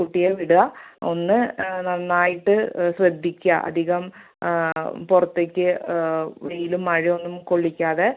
കുട്ടിയെ വിടുക ഒന്ന് നന്നായിട്ട് ശ്രദ്ധിക്കുക അധികം പുറത്തേക്ക് വെയിലും മഴയൊന്നും കൊള്ളിക്കാതെ